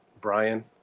Brian